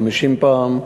50 פעם.